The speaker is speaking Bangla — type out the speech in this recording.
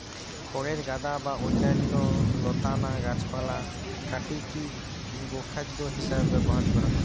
খড়ের গাদা বা অন্যান্য লতানা গাছপালা কাটিকি গোখাদ্য হিসেবে ব্যবহার করা হয়